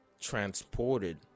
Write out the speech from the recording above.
transported